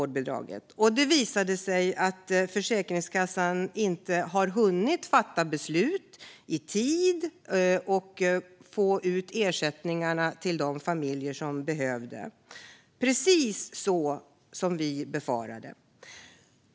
Det har visat sig att Försäkringskassan inte har hunnit fatta beslut i tid och få ut ersättningarna till de familjer som behöver dem. Det blev alltså precis så som vi befarade.